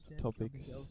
topics